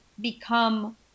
become